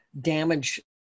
damage